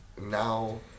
now